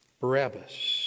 Barabbas